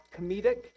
comedic